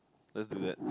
let's do that